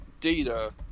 data